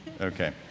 Okay